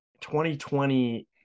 2020